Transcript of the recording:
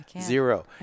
Zero